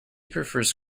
prefers